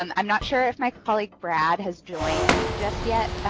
um i'm not sure if my colleague brad has joined just yet.